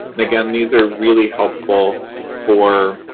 and again, these are really helpful for